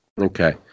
Okay